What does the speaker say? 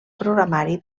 programari